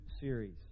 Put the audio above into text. series